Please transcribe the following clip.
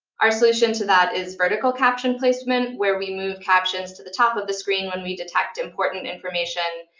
our solution to that is vertical caption placement, where we move captions to the top of the screen when we detect important information,